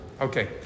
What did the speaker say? Okay